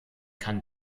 kann